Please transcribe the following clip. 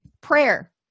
Prayer